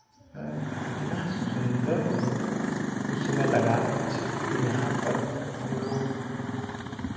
हाँ इतना सुंदर वो उसमें लगा जे कि यहाँ पर हम लोग